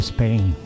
Spain